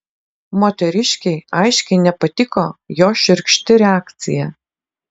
moteriškei aiškiai nepatiko jo šiurkšti reakcija